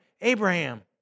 Abraham